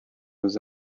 was